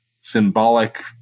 symbolic